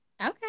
Okay